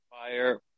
fire